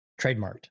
trademarked